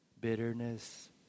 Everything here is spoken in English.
bitterness